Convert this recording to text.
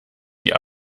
die